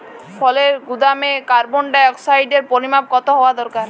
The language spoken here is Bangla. ফলের গুদামে কার্বন ডাই অক্সাইডের পরিমাণ কত হওয়া দরকার?